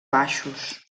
baixos